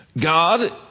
God